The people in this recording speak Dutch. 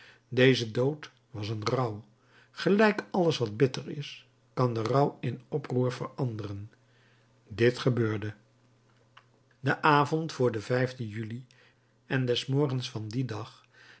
deze dood was een rouw gelijk alles wat bitter is kan de rouw in oproer veranderen dit gebeurde den avond voor den juli en des morgens van dien dag